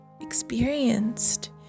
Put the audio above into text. experienced